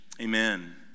Amen